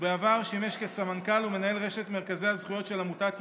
ובעבר שימש כסמנכ"ל ומנהל רשת מרכזי הזכויות של עמותת ידיד.